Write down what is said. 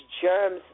germs